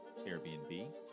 Airbnb